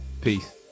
Peace